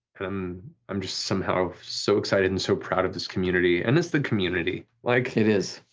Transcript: and um i'm just somehow so excited and so proud of this community, and it's the community. like it is.